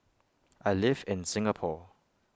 I live in Singapore